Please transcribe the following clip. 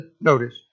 notice